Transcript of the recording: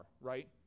right